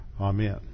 Amen